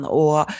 och